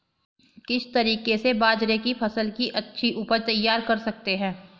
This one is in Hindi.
किस तरीके से बाजरे की फसल की अच्छी उपज तैयार कर सकते हैं?